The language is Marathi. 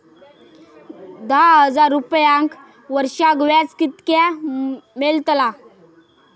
दहा हजार रुपयांक वर्षाक व्याज कितक्या मेलताला?